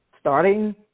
starting